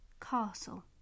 castle